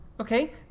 okay